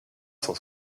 cent